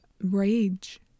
rage